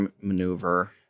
maneuver